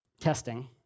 testing